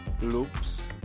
loops